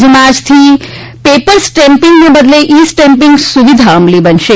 રાજ્યમાં આજથી પેપટ સ્ટેમ્પિંગના બદલે ઇ સ્ટેમ્પિંગની સુવિધા અમલી બનશે